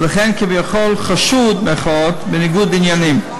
ולכן כביכול חשוד בניגוד עניינים.